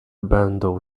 będą